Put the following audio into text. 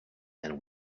and